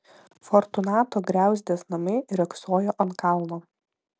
fortunato griauzdės namai riogsojo ant kalno